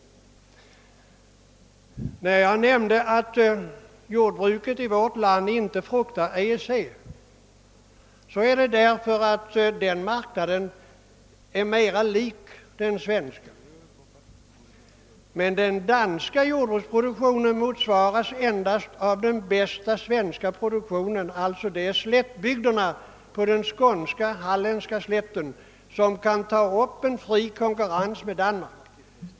Bakgrunden till att jag nämnde att jordbruket i vårt land inte fruktar EEC är att denna marknad är mera lik den svenska. Den danska jordbruksproduktionen motsvaras endast av den bästa svenska produktionen. Det är alltså bara de skånska och halländska slätterna som kan ta upp en fri konkurrens med Danmark.